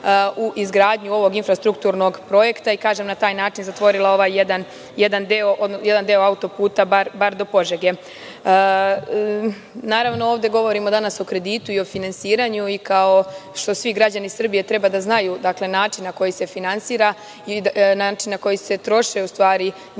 u izgradnju ovog infrastrukturnog projekta, i kažem na taj način zatvorili ovaj jedan deo autoputa, bar do Požege. Naravno, ovde danas govorimo o kreditu i finansiranju i kao što svi građani Srbije treba da znaju način na koji se finansira i način na koji se troše u stvari njihova